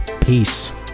Peace